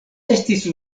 estis